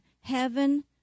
heaven